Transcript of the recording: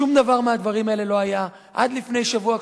שום דבר מהדברים האלה לא היה עד לפני שבוע,